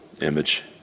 image